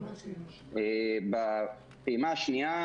בפעימה השנייה,